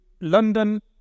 London